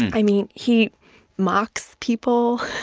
i mean he mocks people